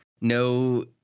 no